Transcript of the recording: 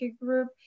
group